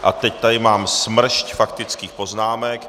A teď tady mám smršť faktických poznámek.